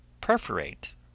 perforate